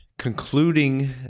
concluding